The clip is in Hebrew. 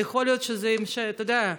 אתה יודע,